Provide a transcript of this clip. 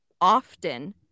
often